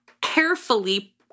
carefully